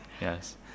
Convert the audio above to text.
yes